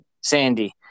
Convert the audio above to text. Sandy